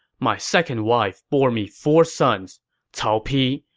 my second wife bore me four sons cao pi,